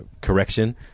correction